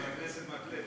חבר הכנסת מקלב,